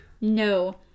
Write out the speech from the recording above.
No